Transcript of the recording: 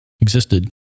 existed